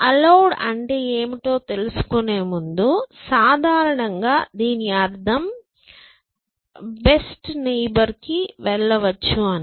allowed అంటే ఏమిటో తెలుసుకునే ముందు సాధారణంగా దీని అర్థం బెస్ట్ నైబర్ కి వెళ్ళవచ్చు అని